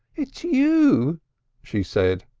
it's you she said.